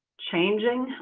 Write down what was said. changing.